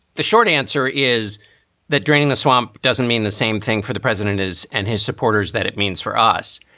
the short answer is that draining the swamp doesn't mean the same thing for the president, his and his supporters that it means for us.